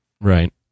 Right